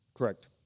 Correct